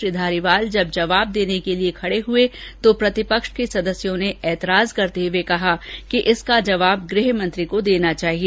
श्री धारीवाल जब जवाब के लिए खड़े हए तो प्रतिपक्ष के सदस्यों ने एतराज करते हुए कहा कि इसका जवाब गृहमंत्री को देना चाहिए